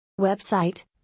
Website